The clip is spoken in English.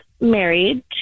married